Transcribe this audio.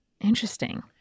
Interesting